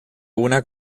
una